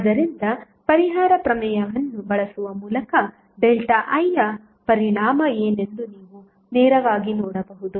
ಆದ್ದರಿಂದ ಪರಿಹಾರ ಪ್ರಮೇಯವನ್ನು ಬಳಸುವ ಮೂಲಕ ΔIಯ ಪರಿಣಾಮ ಏನೆಂದು ನೀವು ನೇರವಾಗಿ ನೋಡಬಹುದು